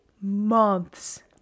months